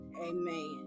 Amen